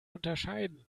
unterscheiden